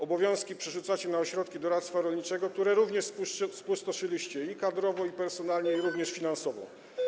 Obowiązki przerzucacie na ośrodki doradztwa rolniczego, które również spustoszyliście kadrowo, personalnie i finansowo.